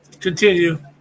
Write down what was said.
continue